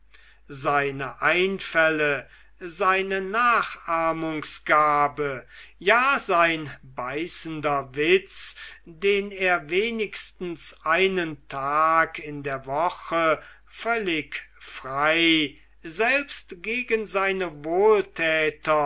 seine einfälle seine nachahmungsgabe ja sein beißender witz den er wenigstens einen tag in der woche völlig frei selbst gegen seine